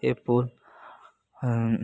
அதேபோல்